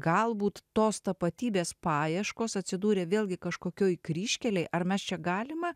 galbūt tos tapatybės paieškos atsidūrė vėlgi kažkokioj kryžkelėj ar mes čia galima